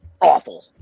awful